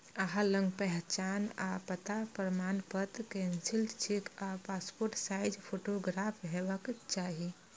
अहां लग पहचान आ पता प्रमाणपत्र, कैंसिल्ड चेक आ पासपोर्ट साइज फोटोग्राफ हेबाक चाही